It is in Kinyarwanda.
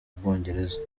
bwongereza